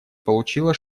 получила